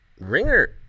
ringer